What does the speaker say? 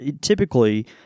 typically